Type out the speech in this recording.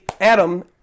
Adam